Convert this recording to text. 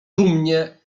dumnie